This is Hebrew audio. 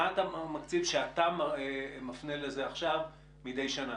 מה סדר גודל התקציב שאתה מפנה לזה עכשיו מדי שנה?